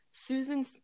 Susan